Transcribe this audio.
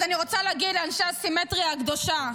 אז אני רוצה להגיד לאנשי הסימטריה הקדושה: